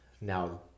now